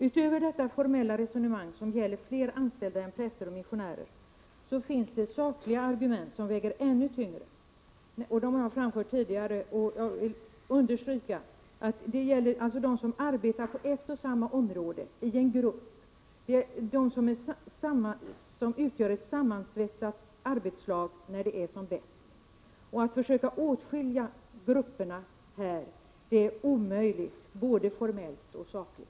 Utöver detta formella resonemang — att det gäller flera anställda än präster och missionärer — finns det sakargument som väger ännu tyngre. Dem har jag tidigare framfört. Jag vill understryka att det här gäller människor som arbetar på ett och samma område i en grupp; de utgör ett sammansvetsat arbetslag när det är som bäst — att här försöka åtskilja grupperna är omöjligt, både formellt och sakligt.